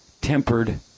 tempered